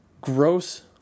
gross